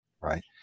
Right